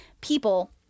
people